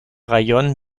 rajon